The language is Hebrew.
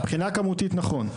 מבחינה כמותית זה נכון.